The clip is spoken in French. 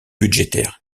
budgétaire